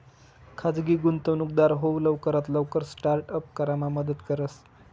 खाजगी गुंतवणूकदार हाऊ लवकरात लवकर स्टार्ट अप करामा मदत करस